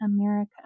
America